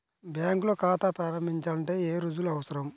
బ్యాంకులో ఖాతా ప్రారంభించాలంటే ఏ రుజువులు అవసరం?